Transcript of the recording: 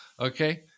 Okay